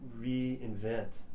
reinvent